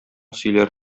сөйләр